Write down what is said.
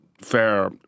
fair